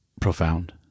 Profound